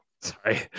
Sorry